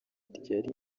ryari